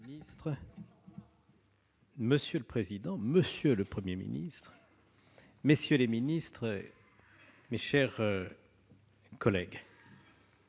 Monsieur le président, monsieur le Premier ministre, messieurs les ministres, mes chers collègues,